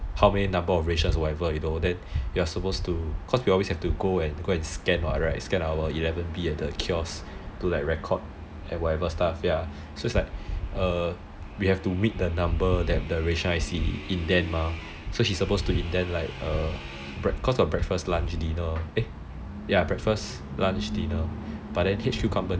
how many number of rations you're supposed to always go and scan our eleven B at the kiosk to like record and whatever stuff ya so it's like we have to meet the number the ration I_C indent mah so he's supposed to indent like cause got breakfast lunch dinner but then H_Q company